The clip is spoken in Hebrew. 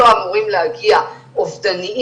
הם לא אמורים להגיע אובדניים,